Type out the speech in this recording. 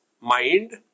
mind